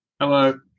Hello